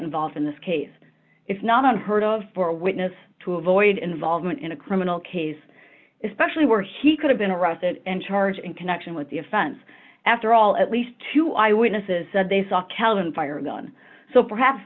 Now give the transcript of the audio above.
involved in this case it's not unheard of for a witness to avoid involvement in a criminal case especially where he could have been arrested and charged in connection with the offense after all at least two eyewitnesses said they saw calhoun fire a gun so perhaps